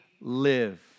live